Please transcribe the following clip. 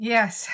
Yes